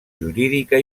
jurídica